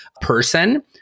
person